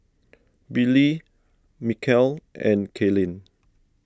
Billy Michal and Kaylin